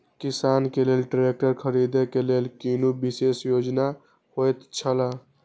किसान के लेल ट्रैक्टर खरीदे के लेल कुनु विशेष योजना होयत छला?